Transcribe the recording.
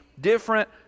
different